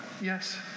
Yes